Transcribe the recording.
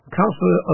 Councillor